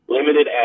Limited